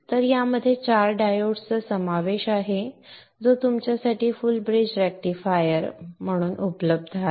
तर यामध्ये 4 डायोड्सचा समावेश आहे जो तुमच्यासाठी फुल ब्रिज रेक्टिफायर घटक उपलब्ध आहे